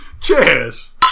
Cheers